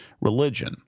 religion